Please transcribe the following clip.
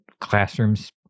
classrooms